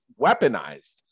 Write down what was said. weaponized